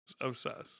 Obsessed